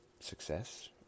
Success